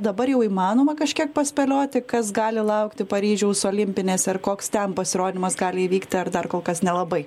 dabar jau įmanoma kažkiek paspėlioti kas gali laukti paryžiaus olimpinėse ar koks ten pasirodymas gali įvykti ar dar kol kas nelabai